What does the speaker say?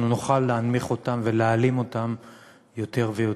אנחנו נוכל להנמיך אותן ולהעלים אותן יותר ויותר.